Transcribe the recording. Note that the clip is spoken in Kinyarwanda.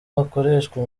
hakoreshwa